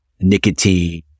nicotine